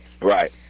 Right